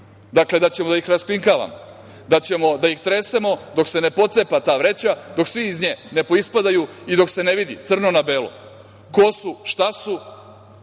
dakle, da ćemo da ih raskrinkavamo, da ćemo da ih tresemo dok se ne pocepa ta vreća, dok svi iz nje ne poispadaju i dok se ne vidi crno na belo ko su, šta su,